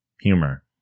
humor